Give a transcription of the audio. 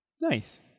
Nice